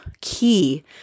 key